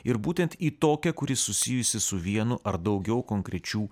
ir būtent į tokią kuri susijusi su vienu ar daugiau konkrečių